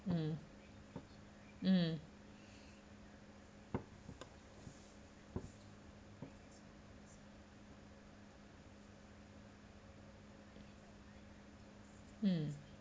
mm mm mm